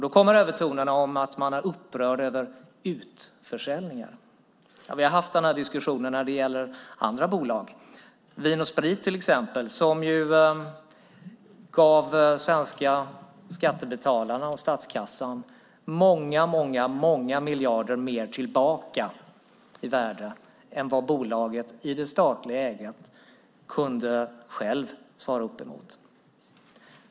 Då kommer övertoner om att man är upprörd över utförsäljningar. Vi har haft den diskussionen om andra bolag, till exempel om Vin & Sprit. Det gav de svenska skattebetalarna och statskassan många miljarder mer tillbaka i värde än vad bolaget i det statliga ägandet självt kunde svara upp emot.